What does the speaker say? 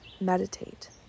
Meditate